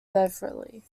beverley